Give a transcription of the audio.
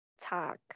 Talk